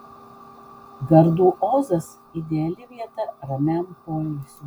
gardų ozas ideali vieta ramiam poilsiui